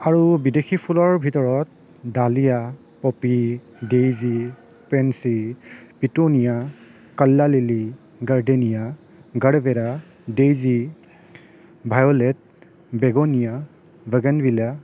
আৰু বিদেশী ফুলৰ ভিতৰত dahlia poppy daisy pansy petunia calla lily gardenia gerbera daisy violet begonia bougainvillea